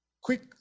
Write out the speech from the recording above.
quick